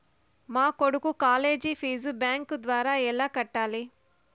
మా కొడుకు college fees bank ద్వారా ఎలా కట్టాలి?